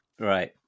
Right